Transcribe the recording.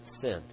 sin